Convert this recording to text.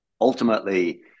Ultimately